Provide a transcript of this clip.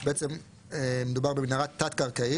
שבעצם מדובר במנהרה תת קרקעית,